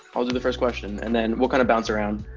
i'll do the first question, and then we'll kind of bounce around.